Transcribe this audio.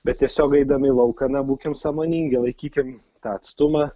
bet tiesiog eidami į lauką na būkim sąmoningi laikykim tą atstumą